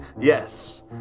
Yes